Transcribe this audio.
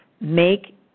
make